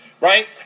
right